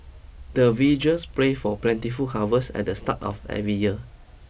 the villagers pray for plentiful harvest at the start of every year